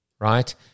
right